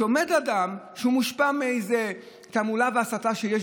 שעומד אדם שמושפע מתעמולה והסתה שיש